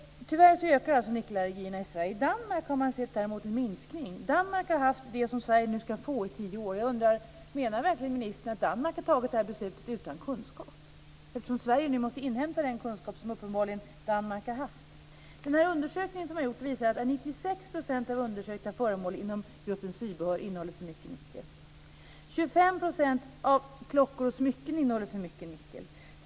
Tyvärr ökar alltså nickelallergierna i Sverige. I Danmark däremot har man kunnat se en minskning. I tio år har Danmark haft det som Sverige nu ska få. Menar verkligen ministern att Danmark har tagit det här beslutet utan kunskap - Sverige måste ju nu inhämta den kunskap som Danmark uppenbarligen har haft? Den undersökning som har gjorts visar att 96 % av undersökta föremål inom gruppen sybehör innehåller för mycket nickel. 25 % av klockor och smycken innehåller för mycket nickel.